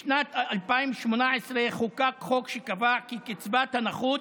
בשנת 2018 חוקק חוק שקבע כי קצבת הנכות